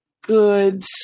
good